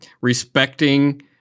respecting